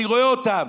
אני רואה אותם.